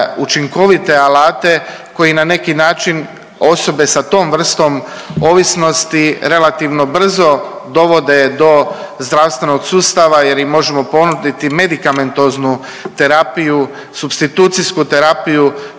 učinkovite alate koji na neki način osobe sa tom vrstom ovisnosti relativno brzo dovode do zdravstvenog sustava jer im možemo ponuditi medikamentoznu terapiju, supstitucijsku terapiju